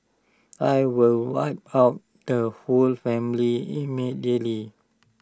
I will wipe out the whole family immediately